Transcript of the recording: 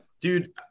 Dude